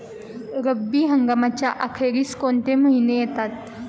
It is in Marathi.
रब्बी हंगामाच्या अखेरीस कोणते महिने येतात?